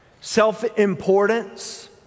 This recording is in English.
Self-importance